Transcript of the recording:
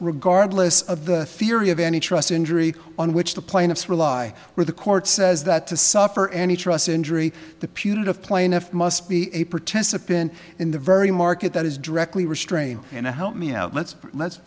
regardless of the theory of any trust injury on which the plaintiffs rely were the court says that to suffer any trus injury the putative plaintiff must be a participant in the very market that is directly restrained and help me out let's let's